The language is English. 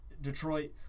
Detroit